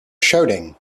shouting